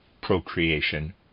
procreation